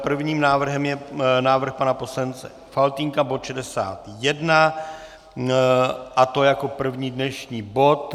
Prvním návrhem je návrh pana poslance Faltýnka bod 61, a to jako první dnešní bod.